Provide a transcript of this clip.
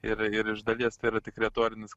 ir ir iš dalies tai yra tik retorinis